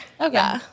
Okay